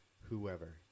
whoever